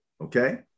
Okay